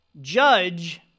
judge